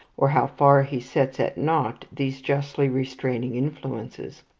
or how far he sets at naught these justly restraining influences.